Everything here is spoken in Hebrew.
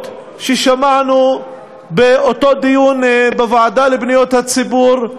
ששמענו באותו דיון בוועדה לפניות הציבור.